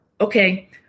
okay